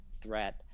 threat